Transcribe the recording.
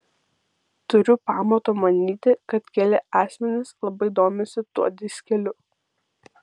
turiu pamato manyti kad keli asmenys labai domisi tuo diskeliu